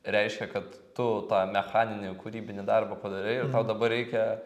reiškia kad tu tą mechaninį kūrybinį darbą padarei ir tau dabar reikia